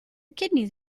kidneys